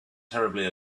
terribly